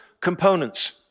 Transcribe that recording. components